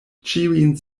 ĉiujn